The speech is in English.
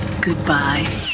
goodbye